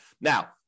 Now